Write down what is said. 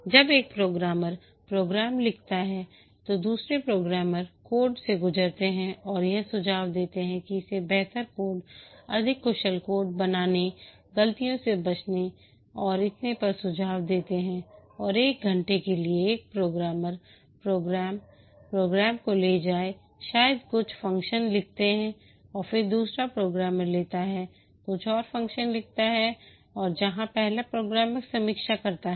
जब एक programmer program लिखता है तो दूसरे प्रोग्रामर कोड से गुजरते हैं और यह सुझाव देता है कि इसे बेहतर कोड अधिक कुशल कोड बनाने गलतियों से बचने और इतने पर सुझाव देते हैं और एक घंटे के लिए एक प्रोग्रामर प्रोग्राम प्रोग्राम को ले जाएं शायद कुछ फ़ंक्शन लिखता है और फिर दूसरा प्रोग्रामर लेता है कुछ और फ़ंक्शन लिखता है जहां पहला प्रोग्रामर समीक्षा करता है